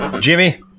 Jimmy